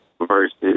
versus